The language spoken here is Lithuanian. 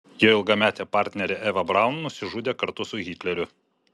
jo ilgametė partnerė eva braun nusižudė kartu su hitleriu